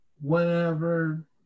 whenever